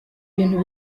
bintu